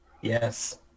Yes